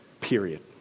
Period